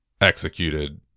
executed